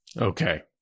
Okay